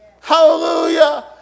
Hallelujah